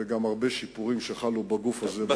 וגם הרבה שיפורים שחלו בגוף הזה,